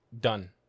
done